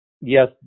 yes